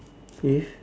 if